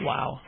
Wow